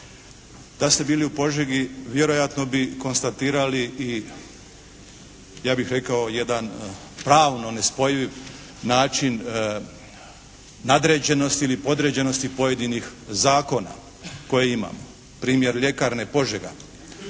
Da ste bili u Požegi vjerojatno bi konstatirali i ja bih rekao jedan pravno nespojiv način nadređenosti ili podređenosti pojedinih zakona koje imamo. Primjer ljekarne Požega.